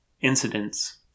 incidents